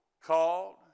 called